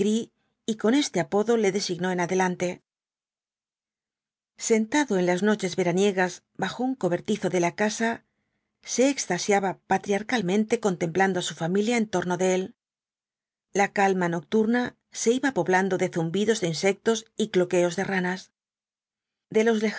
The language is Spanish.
y con este apodo le designó en adelante sentado en las noches veraniegas bajo un cobertizo de la casa se extasiaba patriarcalmente contemplando á su familia en torno de él la calma nocturna se iba poblando de zumbidos de insectos y cloqueos de ranas de los